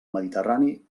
mediterrani